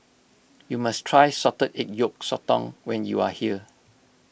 you must try Salted Egg Yolk Sotong when you are here